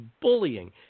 bullying